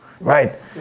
right